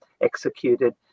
executed